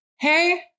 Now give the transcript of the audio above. Hey